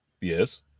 Yes